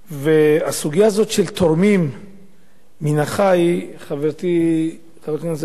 הסוגיה הזאת של תורמים מן החי, חברתי זהבה גלאון,